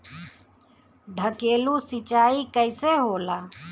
ढकेलु सिंचाई कैसे होला?